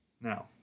Now